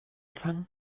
fangen